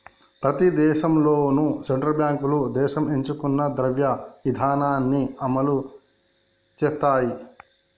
ప్రతి దేశంలోనూ సెంట్రల్ బ్యాంకులు దేశం ఎంచుకున్న ద్రవ్య ఇధానాన్ని అమలు చేత్తయ్